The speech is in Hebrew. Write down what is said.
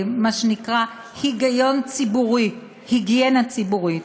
מה שנקרא, היגיון ציבורי, היגיינה ציבורית.